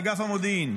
באגף המודיעין.